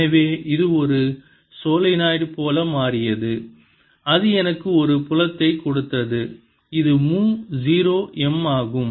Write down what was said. எனவே இது ஒரு சோலெனாய்டு போல மாறியது அது எனக்கு ஒரு புலத்தைக் கொடுத்தது இது மு 0 M ஆகும்